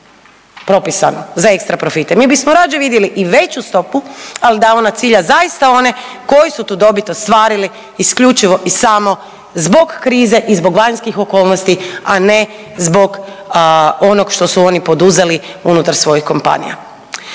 propisanu za ekstra profite, mi bismo rađe vidjeli i veću stopu, al da ona cilja zaista one koji su tu dobit ostvarili isključivo i samo zbog krize i zbog vanjskih okolnosti, a ne zbog onog što su oni poduzeli unutar svojih kompanija.